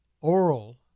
oral